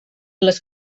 les